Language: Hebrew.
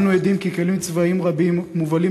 אנו עדים לכך שכלים צבאיים רבים מובלים